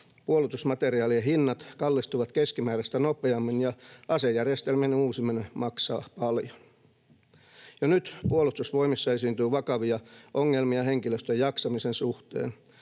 Puolustusmateriaalien hinnat kallistuvat keskimääräistä nopeammin, ja asejärjestelmien uusiminen maksaa paljon. Jo nyt Puolustusvoimissa esiintyy vakavia ongelmia henkilöstön jaksamisen suhteen.